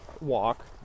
walk